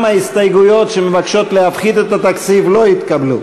גם ההסתייגויות שמבקשות להפחית את התקציב לא התקבלו.